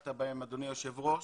שפתחת בהם, אדוני היושב-ראש,